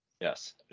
Yes